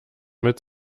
mit